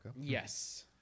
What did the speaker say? yes